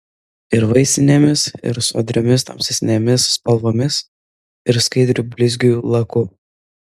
ir vaisinėmis ir sodriomis tamsesnėmis spalvomis ir skaidriu blizgiui laku